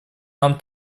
нам